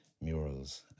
murals